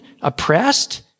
oppressed